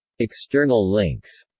external links